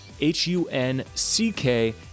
H-U-N-C-K